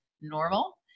normal